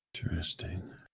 Interesting